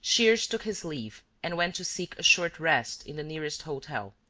shears took his leave and went to seek a short rest in the nearest hotel,